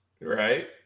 Right